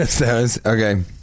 okay